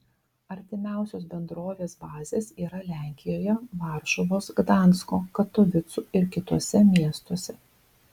artimiausios bendrovės bazės yra lenkijoje varšuvos gdansko katovicų ir kituose miestuose